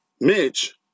Mitch